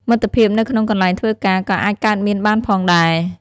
មិត្តភាពនៅក្នុងកន្លែងធ្វើការក៏អាចកើតមានបានផងដែរ។